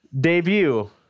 debut